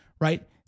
right